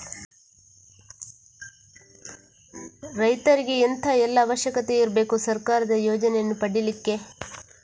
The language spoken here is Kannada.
ರೈತರಿಗೆ ಎಂತ ಎಲ್ಲಾ ಅವಶ್ಯಕತೆ ಇರ್ಬೇಕು ಸರ್ಕಾರದ ಯೋಜನೆಯನ್ನು ಪಡೆಲಿಕ್ಕೆ?